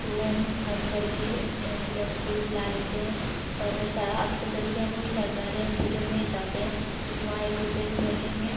तो हम फ़ोन करके एम्बुलेन्स को भी बुला लेते हैं और हमेशा अक्सर करके हमलोग सरकारी हॉस्पिटल में ही जाते हैं क्योंकि वहाँ एक रुपये की पर्ची में